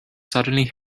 suddenly